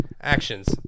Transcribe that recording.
Actions